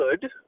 good